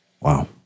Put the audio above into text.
Wow